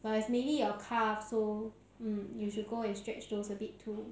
but is mainly your calves so mm you should go and stretch those a bit too